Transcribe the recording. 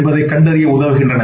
என்பதை கண்டறிய உதவுகின்றன